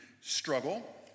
struggle